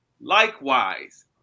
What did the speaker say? likewise